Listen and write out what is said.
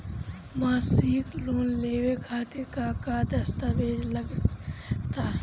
मसीक लोन लेवे खातिर का का दास्तावेज लग ता?